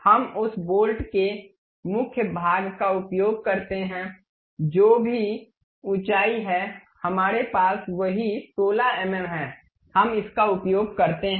हम उस बोल्ट के मुख्य भाग का उपयोग करते हैं जो भी ऊंचाई है हमारे पास वही 16 एमएम है हम इसका उपयोग करते हैं